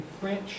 French